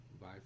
bye